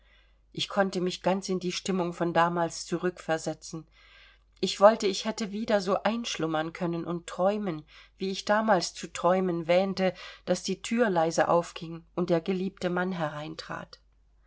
ich konnte mich ganz in die stimmung von damals zurückversetzen ich wollte ich hätte wieder so einschlummern können und träumen wie ich damals zu träumen wähnte daß die thür leise aufging und der geliebte mann hereintrat